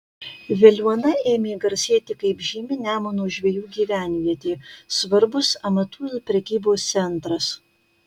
veliuona ėmė garsėti kaip žymi nemuno žvejų gyvenvietė svarbus amatų ir prekybos centras